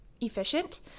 efficient